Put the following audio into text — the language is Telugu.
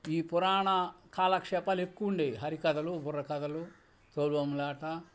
ఈ పురాణ కాలక్షేపాలు ఎక్కువండేవి హరికథలు బుర్రకథలు తోలు బొమ్మలాట